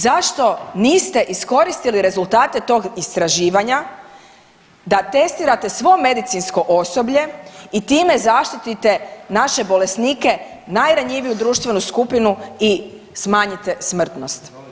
Zašto niste iskoristili rezultate tog istraživanja da testirate svo medicinsko osoblje i time zaštitite naše bolesnike, najranjiviju društvenu skupinu i smanjite smrtnost?